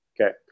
Okay